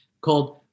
called